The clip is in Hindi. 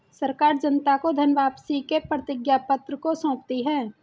सरकार जनता को धन वापसी के प्रतिज्ञापत्र को सौंपती है